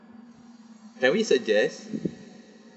can we suggest